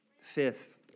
Fifth